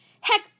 Heck